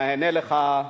והנה לך,